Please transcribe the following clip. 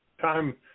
time